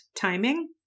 timing